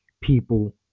people